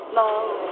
love